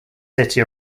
city